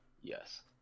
Yes